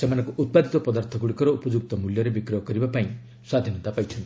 ସେମାଙ୍କର ଉତ୍ପାଦିତ ପଦାର୍ଥ ଗୁଡ଼ିକର ଉପଯୁକ୍ତ ମୂଲ୍ୟରେ ବିକ୍ରୟ କରିବା ପାଇଁ ସ୍ୱାଧୀନତା ପାଇଛନ୍ତି